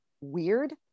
weird